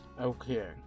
Okay